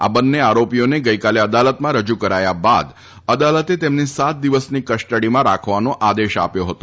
આ બંને આરોપીઓને ગઈકાલે અદાલતમાં રજુ કરાયા બાદ અદાલતે તેમને સાત દિવસની કસ્ટડીમાં રાખવાનો આદેશ આપ્યો ફતો